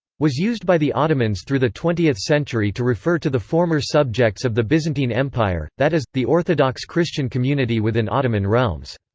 was used by the ottomans through the twentieth century to refer to the former subjects of the byzantine empire, that is, the orthodox christian community within ottoman realms.